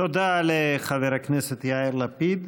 תודה לחבר הכנסת יאיר לפיד.